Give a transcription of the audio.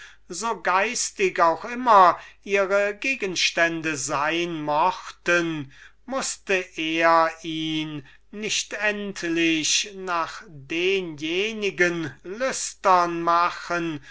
so geistig auch immer ihre gegenstände sein mochten endlich nach denenjenigen lüstern machen